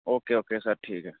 okay okay sir ठीक ऐ